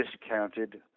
discounted